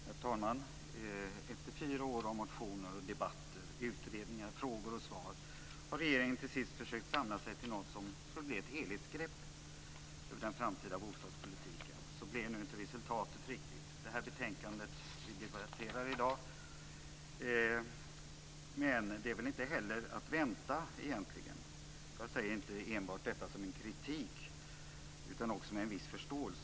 Herr talman! Efter fyra år av motioner, debatter, utredningar, frågor och svar har regeringen till sist försökt att samla sig till något som skulle bli ett helhetsgrepp över den framtida bostadspolitiken. Så blev nu inte riktigt resultatet i det betänkande som vi debatterar i dag, men det var väl inte heller att vänta egentligen. Jag säger inte detta enbart som kritik utan också med en viss förståelse.